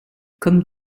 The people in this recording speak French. comme